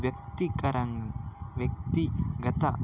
వ్యక్తికరంగ వ్యక్తిగత